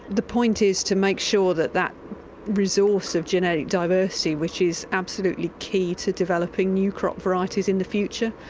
the point is to make sure that that resource of genetic diversity, which is absolutely key to developing new crop varieties in the future.